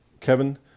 Kevin